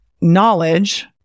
knowledge